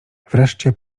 wreszcie